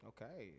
Okay